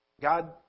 God